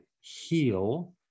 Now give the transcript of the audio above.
heal